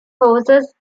focused